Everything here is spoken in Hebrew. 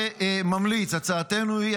וממליץ: הצעתנו היא,